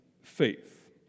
faith